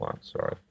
sorry